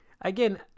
Again